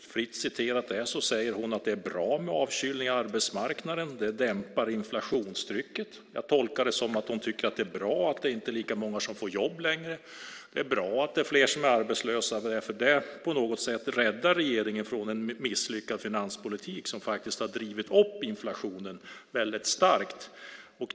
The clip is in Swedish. Fritt citerat sade hon då att det är bra med avkylning av arbetsmarknaden och att det dämpar inflationstrycket. Jag tolkar det som att hon tycker att det är bra att det inte längre är lika många som får jobb. Det är bra att det är fler som är arbetslösa, för det räddar regeringen från en misslyckad finanspolitik som faktiskt har drivit upp inflationen väldigt starkt.